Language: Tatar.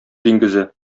диңгезе